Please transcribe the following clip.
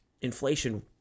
inflation